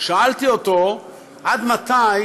שאלתי אותו: עד מתי